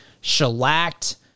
shellacked